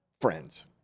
friends